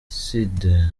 soude